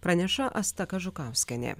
praneša asta kažukauskienė